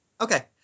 Okay